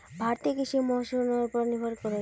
भारतीय कृषि मोंसूनेर पोर निर्भर करोहो